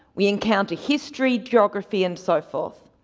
we encounter history, geography and so forth.